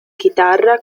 chitarra